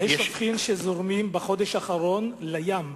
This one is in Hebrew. מי שופכין שזורמים בחודש האחרון לים.